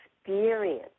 experience